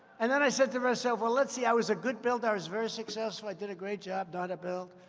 and then i said to myself, well, let's see i was a good builder. i was very successful. i did a great job. know how to build.